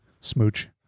smooch